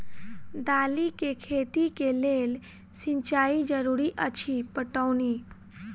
दालि केँ खेती केँ लेल सिंचाई जरूरी अछि पटौनी?